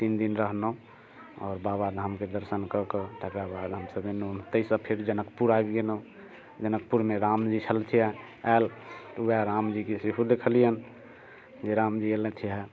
तीन दिन रहनहुँ आओर बाबाधामके दर्शन कऽ कऽ तकरा बाद हमसभ एनहुँ ओतहिसँ फेर जनकपुर आबि गेनौ जनकपुरमे रामजी छलथिन ऐल तऽ वएह रामजीके सेहो देखलियनि जे रामजी एलथिहँ